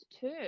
two